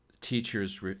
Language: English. teachers